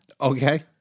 Okay